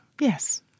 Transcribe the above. Yes